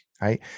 Right